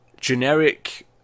generic